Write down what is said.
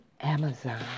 Amazon